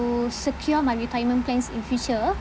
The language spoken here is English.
to secure my retirement plans in future